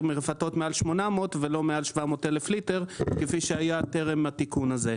מרפתות מעל 800 ולא מעל 700,000 ליטר כפי שהיה טרם התיקון הזה.